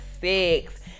six